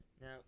Now